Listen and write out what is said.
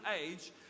age